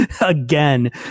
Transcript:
again